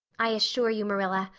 i assure you, marilla,